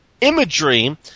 imagery